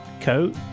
coat